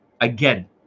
again